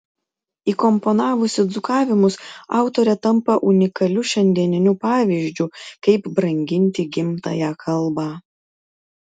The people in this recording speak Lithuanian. įkomponavusi dzūkavimus autorė tampa unikaliu šiandieniniu pavyzdžiu kaip branginti gimtąją kalbą